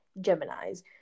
Gemini's